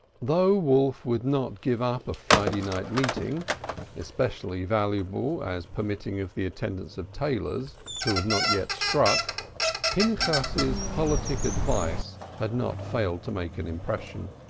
though wolf would not give up a friday-night meeting especially valuable, as permitting of the attendance of tailors who had not yet struck pinchas's politic advice had not failed to make an impression.